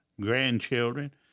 grandchildren